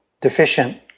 deficient